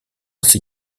ses